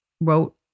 wrote